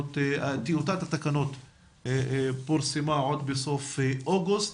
טיוטת התקנות פורסמה עוד בסוף אוגוסט,